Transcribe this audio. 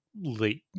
late